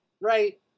right